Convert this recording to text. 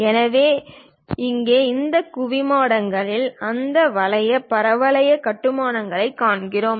எனவே இங்கே இந்த குவிமாடங்களுக்கு அந்த வகையான பரவளைய கட்டுமானங்களைக் காண்கிறோம்